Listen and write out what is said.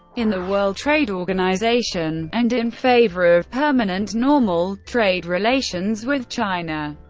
in the world trade organization and in favor of permanent normal trade relations with china.